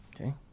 okay